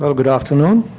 so good afternoon,